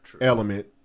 element